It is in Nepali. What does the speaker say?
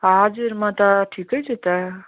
हजुर म त ठिकै छु त